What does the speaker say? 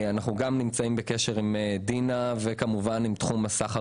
אנחנו נמצאים גם בקשר עם דינה ותחום הסחר